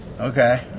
okay